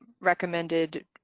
recommended